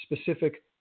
specific